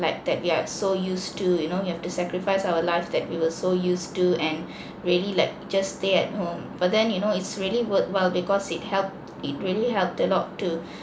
like that we are so used to you know you have to sacrifice our lives that we were so used to and ready like just stay at home but then you know it's really worthwhile because it helped it really helped a lot to